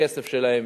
את הכסף שלהם,